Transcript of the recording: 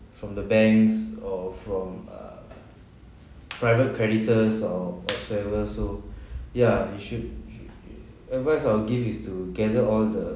from the banks or from uh private creditors or or travel so yeah you should advice I give is to gather all the